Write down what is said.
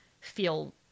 feel